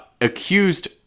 accused